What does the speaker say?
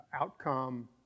outcome